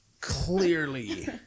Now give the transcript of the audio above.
Clearly